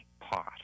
pot